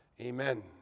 Amen